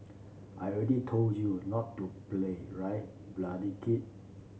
I already told you not to play right bloody kid